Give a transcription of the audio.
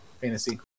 fantasy